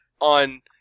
on